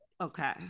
Okay